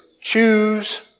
choose